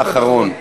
תן לי משפט אחרון.